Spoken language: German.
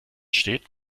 steht